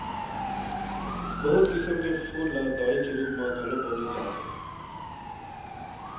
बहुत किसम के फूल ल दवई के रूप म घलौ बउरे जाथे